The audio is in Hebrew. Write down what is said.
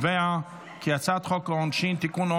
את הצעת חוק העונשין (תיקון,